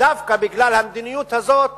שדווקא בגלל המדיניות הזאת